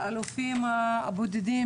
לאלופים הבודדים,